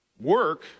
work